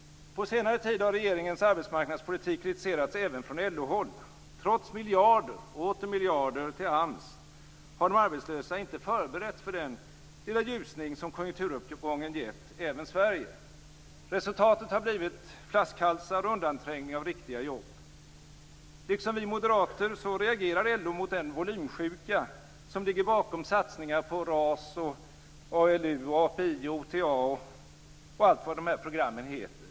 På senare tid har regeringens arbetsmarknadspolitik kritiserats även från LO-håll. Trots miljarder och åter miljarder till AMS har de arbetslösa inte förberetts för den lilla ljusning som konjunkturuppgången gett även Sverige. Resultatet har blivit flaskhalsar och undanträngningar av riktiga jobb. Liksom vi moderater reagerar LO mot den volymsjuka som ligger bakom alla satsningar på RAS, ALU, API, OTA och allt vad de här programmen heter.